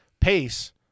Pace